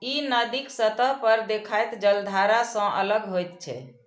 ई नदीक सतह पर देखाइत जलधारा सं अलग होइत छै